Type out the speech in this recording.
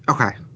Okay